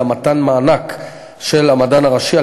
אלא מתן מענק של המדען הראשי,